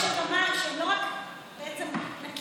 שהם לא רק משק